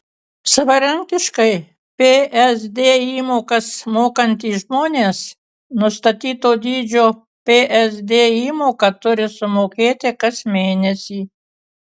savarankiškai psd įmokas mokantys žmonės nustatyto dydžio psd įmoką turi sumokėti kas mėnesį